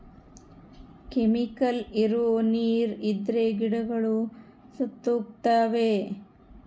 chemical ಇರೋ ನೀರ್ ಇದ್ರೆ ಗಿಡಗಳು ಸತ್ತೋಗ್ತವ